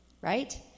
right